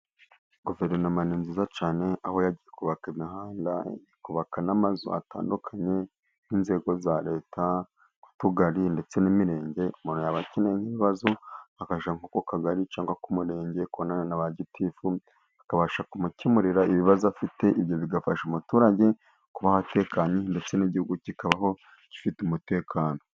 Guverinoma ni nziza cyane aho yagiye ikubaka imihanda, ikubaka n'amazu atandukanye, nk'inzego za Leta. Nk'utugari ndetse n'imirenge, umuntu yaba akeneye nk'ibibazo akajya mu kagari cyangwa ku murenge kubonana na ba Gitifu, bakabasha kumukemurira ibibazo afite. Ibyo bigafasha umuturage kubaho atekanye ndetse n'Igihugu kikabaho gifite umutekano.